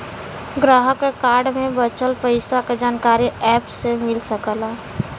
ग्राहक क कार्ड में बचल पइसा क जानकारी एप से मिल सकला